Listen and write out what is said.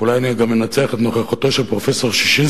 ואולי אני גם אנצל את נוכחותו של פרופסור ששינסקי